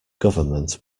government